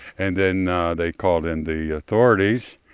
and then they called in the authorities,